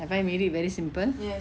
have I made it very simple